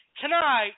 Tonight